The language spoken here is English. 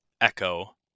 echo